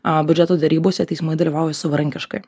biudžeto derybose teismai dalyvauja savarankiškai